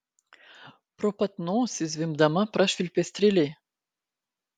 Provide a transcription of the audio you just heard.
pro pat nosį zvimbdama prašvilpė strėlė